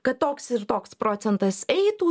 kad toks ir toks procentas eitų